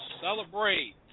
Celebrate